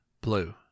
blue